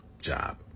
job